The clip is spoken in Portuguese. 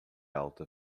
alta